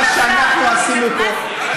מה שאנחנו עשינו פה,